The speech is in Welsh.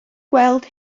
gweld